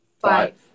Five